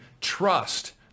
trust